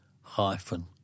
hyphen